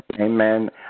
amen